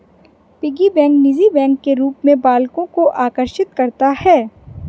piggy bank निजी bank के रूप में बालकों को आकर्षित करता है